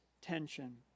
tension